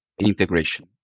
integration